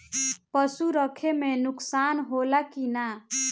पशु रखे मे नुकसान होला कि न?